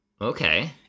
Okay